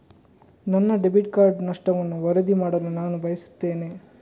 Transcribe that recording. ನನ್ನ debit card ನಷ್ಟವನ್ನು ವರದಿ ಮಾಡಲು ನಾನು ಬಯಸ್ತೆನೆ